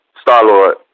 Star-Lord